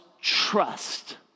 trust